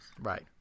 Right